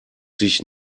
sich